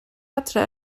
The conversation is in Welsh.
adre